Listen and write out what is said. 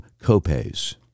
copays